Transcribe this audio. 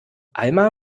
alma